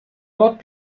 dort